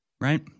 right